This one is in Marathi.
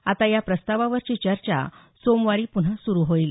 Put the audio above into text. आता या प्रस्तावावरची चर्चा सोमवारी पुन्हा सुरू होईल